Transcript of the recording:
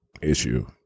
issue